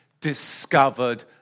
discovered